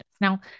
Now